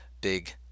big